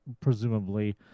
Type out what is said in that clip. presumably